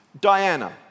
Diana